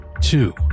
Two